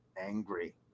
angry